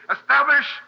establish